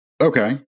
Okay